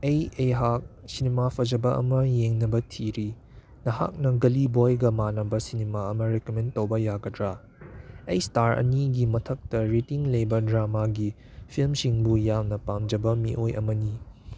ꯑꯩ ꯑꯩꯍꯥꯛ ꯁꯤꯅꯤꯃꯥ ꯐꯖꯕ ꯑꯃ ꯌꯦꯡꯅꯕ ꯊꯤꯔꯤ ꯅꯍꯥꯛꯅ ꯒꯂꯤ ꯕꯣꯏꯒ ꯃꯥꯟꯅꯕ ꯁꯤꯅꯤꯃꯥ ꯑꯃ ꯔꯤꯀꯝꯃꯦꯟ ꯇꯧꯕ ꯌꯥꯒꯗ꯭ꯔ ꯑꯩ ꯏꯁꯇꯥꯔ ꯑꯅꯤꯒꯤ ꯃꯊꯛꯇ ꯔꯤꯇꯤꯡ ꯂꯩꯕ ꯗ꯭ꯔꯃꯥꯒꯤ ꯐꯤꯂꯝꯁꯤꯡꯕꯨ ꯌꯥꯝꯅ ꯄꯥꯝꯖꯕ ꯃꯤꯑꯣꯏ ꯑꯃꯅꯤ